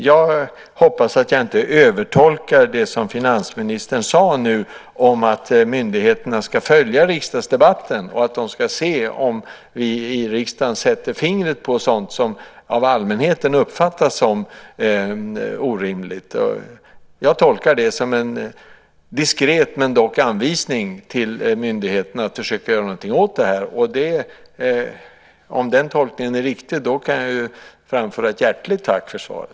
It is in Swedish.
Jag hoppas att jag inte övertolkar det som finansministern nu sade om att myndigheterna ska följa riksdagsdebatten och ska se om vi i riksdagen sätter fingret på sådant som av allmänheten uppfattas som orimligt. Jag tolkar det som en diskret men dock anvisning till myndigheterna att försöka göra någonting åt detta. Om den tolkningen är riktig kan jag framföra ett hjärtligt tack för svaret.